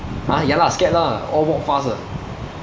!huh! ya lah scared lah all walk fast ah